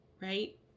right